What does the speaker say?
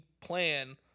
plan